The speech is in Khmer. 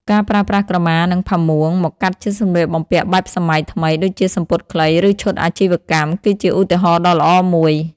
ការប្រើប្រាស់ ក្រមា និងផាមួង មកកាត់ជាសម្លៀកបំពាក់បែបសម័យថ្មីដូចជាសំពត់ខ្លី ឬឈុតអាជីវកម្ម គឺជាឧទាហរណ៍ដ៏ល្អមួយ។